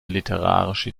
literarische